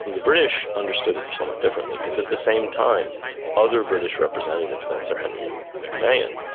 the british understood it somewhat differently, because at the same time other british representatives than sir henry and mcmahon,